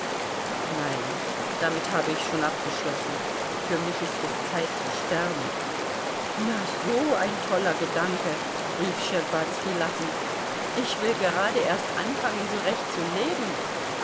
nein damit habe ich schon abgeschlossen für mich ist es zeit zu sterben na so ein toller gedanke rief schtscherbazki lachend ich will gerade erst anfangen so recht zu leben